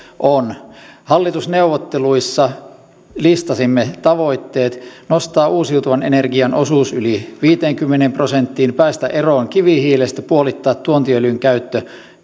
on hallitusneuvotteluissa listasimme tavoitteet nostaa uusiutuvan energian osuus yli viiteenkymmeneen prosenttiin päästä eroon kivihiilestä puolittaa tuontiöljyn käyttö